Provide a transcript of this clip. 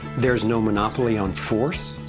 there is no monopoly on force.